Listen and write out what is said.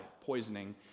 poisoning